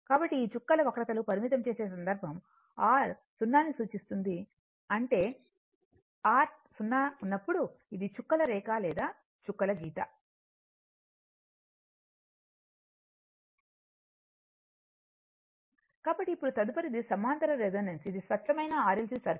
కాబట్టి ఆ చుక్కల వక్రతలు పరిమితం చేసే సందర్భం R→ 0 ని సూచిస్తుంది అంటే R→ 0 ఉన్నప్పుడు ఇది చుక్కల రేఖ లేదా చుక్కల గీత కాబట్టి ఇప్పుడు తదుపరిది సమాంతర రెసోనెన్స్ ఇది స్వచ్ఛమైన RLC సర్క్యూట్